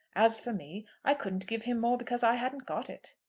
as for me, i couldn't give him more because i hadn't got it.